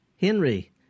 Henry